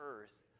earth